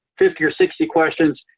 fifty or sixty questions.